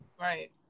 Right